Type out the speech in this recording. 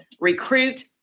recruit